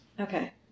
Okay